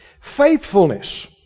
Faithfulness